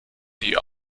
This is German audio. die